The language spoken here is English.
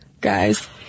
guys